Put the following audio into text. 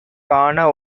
காண